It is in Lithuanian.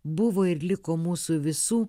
buvo ir liko mūsų visų